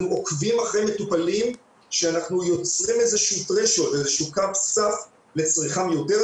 עוקבים אחרי מטופלים שאנחנו יוצרים איזה שהוא סף לצריכה מיותרת,